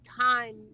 Time